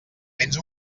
tens